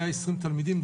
120 תלמידים,